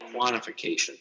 quantification